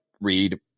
read